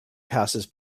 passes